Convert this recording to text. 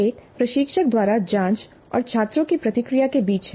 एक प्रशिक्षक द्वारा जांच और छात्रों की प्रतिक्रिया के बीच है